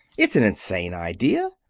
it's an insane idea.